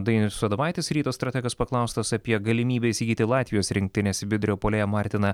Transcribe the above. dainius adomaitis ryto strategas paklaustas apie galimybę įsigyti latvijos rinktinės vidurio puolėją martiną